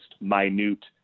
minute